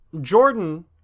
jordan